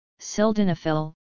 Sildenafil